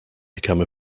become